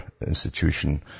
institution